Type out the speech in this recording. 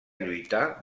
lluitar